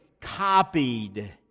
copied